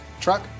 Truck